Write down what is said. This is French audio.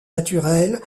naturelles